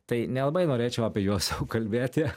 tai nelabai norėčiau apie juos kalbėti